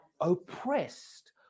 oppressed